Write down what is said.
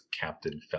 Captain